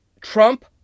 Trump